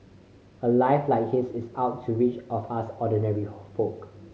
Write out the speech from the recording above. a life like his is out to reach of us ordinary folk